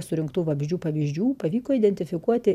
surinktų vabzdžių pavyzdžių pavyko identifikuoti